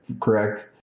correct